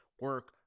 Work